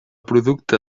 producte